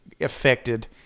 affected